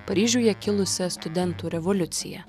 paryžiuje kilusia studentų revoliucija